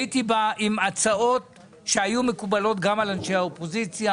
הייתי בא עם הצעות שהיו מקובלות גם על אנשי האופוזיציה.